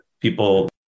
people